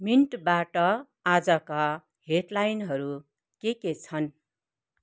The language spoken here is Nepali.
मिन्टबाट आजका हेडलाइनहरू के के छन्